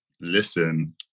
Listen